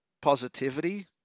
positivity